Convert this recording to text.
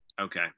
Okay